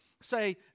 say